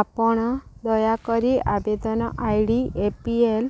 ଆପଣ ଦୟାକରି ଆବେଦନ I D A P L